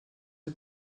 est